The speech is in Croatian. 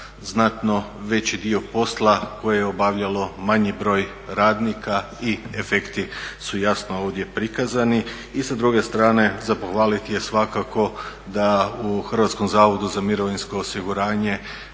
znatno veći dio posla koje je obavljalo manji broj radnika i efekti su jasno ovdje prikazani. I sa druge strane za pohvaliti je svakako da u Hrvatskom zavodu za mirovinsko osiguranje